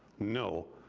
no.